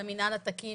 למינהל התקין,